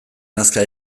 nazka